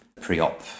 pre-op